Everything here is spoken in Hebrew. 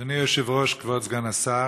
אדוני היושב-ראש, כבוד סגן השר,